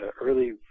Early